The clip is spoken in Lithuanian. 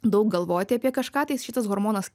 daug galvoti apie kažką tai šitas hormonas